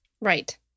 Right